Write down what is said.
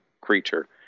creature